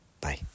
bye